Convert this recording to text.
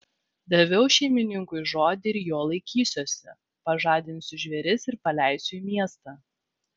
daviau šeimininkui žodį ir jo laikysiuosi pažadinsiu žvėris ir paleisiu į miestą